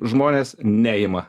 žmonės neima